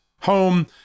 home